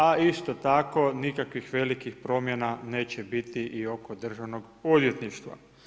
A isto tako nikakvih velikih promjena neće biti niti oko državnog odvjetništva.